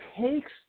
takes